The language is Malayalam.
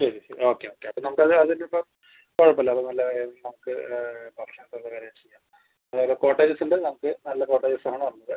ശരി ശരി ഓക്കെ ഓക്കെ അപ്പം നമുക്ക് അത് അതിന് ഇപ്പം കുഴപ്പം ഇല്ല അത് നല്ല കാര്യം നമുക്ക് ഭക്ഷണം ഒക്കെ നമുക്ക് അറേഞ്ച് ചെയ്യാം അതായത് കോട്ടേജസ് ഉണ്ട് നമുക്ക് നല്ല കോട്ടേജസ് ആണ് ഉള്ളത്